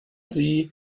sie